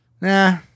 nah